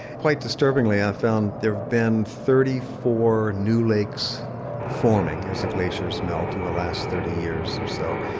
quite disturbingly, i found there have been thirty four new lakes forming as the glaciers melt in the last thirty years or so.